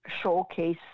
showcase